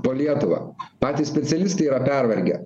po lietuvą patys specialistai yra pervargę